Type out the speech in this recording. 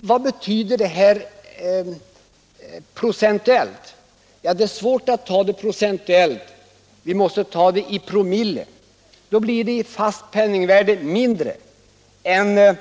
Vad betyder det här procentuellt? Ja, det är svårt att räkna procentuellt. Vi måste i stället räkna i promille. I fast penningvärde blir det mindre än 2/100